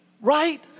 Right